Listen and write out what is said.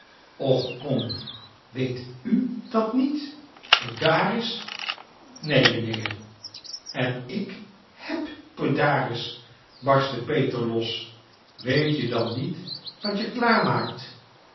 och kom weet u dat niet pedaris nee meneer en ik heb pedaris barstte peter los weet je dan niet wat je